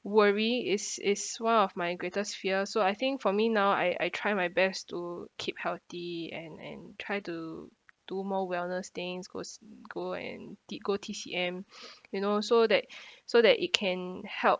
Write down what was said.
worry is is one of my greatest fear so I think for me now I I try my best to keep healthy and and try to do more wellness things goes go and did go T_C_M you know so that so that it can help